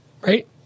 Right